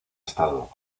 estado